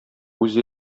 үзе